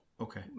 Okay